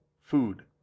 food